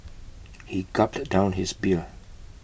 he gulped down his beer